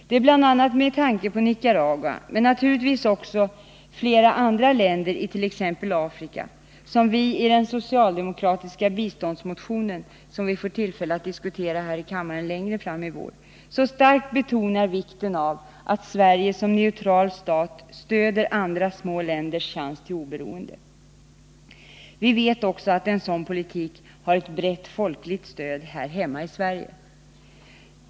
Det är bl.a. med tanke på Nicaragua, men naturligtvis också flera andra länder i t.ex. Afrika, som vi i den socialdemokratiska biståndsmotionen — vilken vi får tillfälle att diskutera i kammaren längre fram i vår — så starkt betonar vikten av att Sverige som neutral stat stödjer andra små länders chans till oberoende. Vi vet också att en sådan politik har ett brett folkligt stöd här hemma i Sverige.